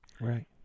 right